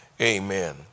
amen